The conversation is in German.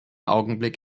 augenblick